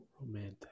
Romantic